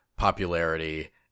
popularity